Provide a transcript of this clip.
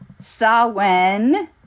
Sawen